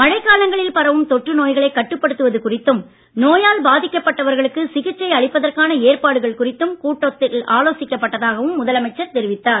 மழைக் காலங்களில் பரவும் தொற்று நோய்களை கட்டுப்படுத்துவது குறித்தும் நோயால் பாதிக்கப்பட்டவர்களுக்கு சிகிச்சை அளிப்பதற்கான ஏற்பாடுகள் குறித்தும் கூட்டத்தில் ஆலோசிக்கப் பட்டதாக முதலமைச்சர் தெரிவித்தார்